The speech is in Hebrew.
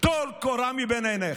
טול קורה מבין עיניך.